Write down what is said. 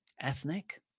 ethnic